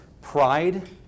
pride